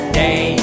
day